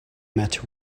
met